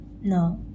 no